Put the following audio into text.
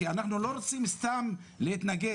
כי אנחנו לא רוצים סתם להתנגד,